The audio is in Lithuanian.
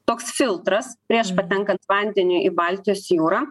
toks filtras prieš patenkant vandeniui į baltijos jūrą